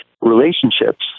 Relationships